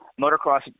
motocross